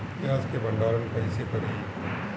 प्याज के भंडारन कईसे करी?